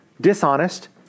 dishonest